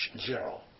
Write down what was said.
zero